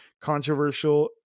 controversial